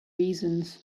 reasons